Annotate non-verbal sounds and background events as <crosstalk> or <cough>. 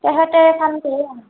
তেখেতে <unintelligible>